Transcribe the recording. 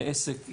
לעסק.